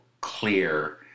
clear